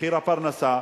מחיר הפרנסה.